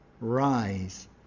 rise